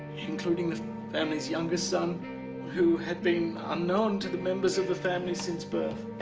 including the family's youngest son who had been unknown to the members of the family since birth.